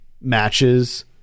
matches